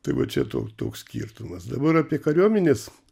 tai va čia to toks skirtumas dabar apie kariuomenės